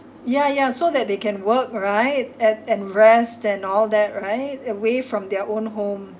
ya ya so that they can work right at and rest and all that right away from their own home